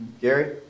Gary